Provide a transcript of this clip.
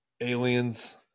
aliens